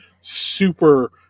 super